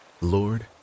Lord